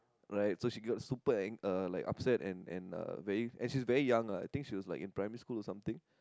right so she got super ang~ uh like upset and and very and uh she's very young ah I think she was like in primary school or something